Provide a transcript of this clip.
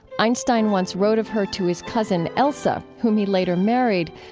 einstein once wrote of her to his cousin elsa, whom he later married,